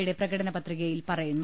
യുടെ പ്രക ടന പത്രികയിൽ പറയുന്നു